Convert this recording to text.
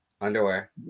Underwear